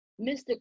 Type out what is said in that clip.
Mr